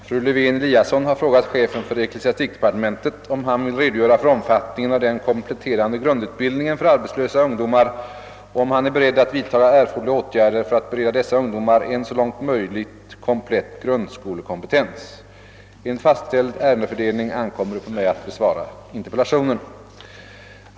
Herr talman! Fru Lewén-Eliasson har frågat chefen för ecklesiastikdepartementet, om han vill redogöra för omfattningen av den kompletterande grundutbildningen för arbetslösa ungdomar och om han är beredd att vidta erforderliga åtgärder för att bereda dessa ungdomar en så långt möjligt komplett grundskolekompetens. Enligt fastställd ärendefördelning ankommer det på mig att besvara interpellationen.